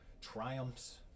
triumphs